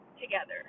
together